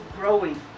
growing